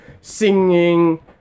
singing